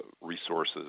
resources